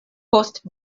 post